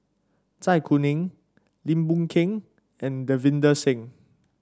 Zai Kuning Lim Boon Keng and Davinder Singh